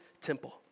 temple